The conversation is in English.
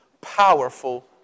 powerful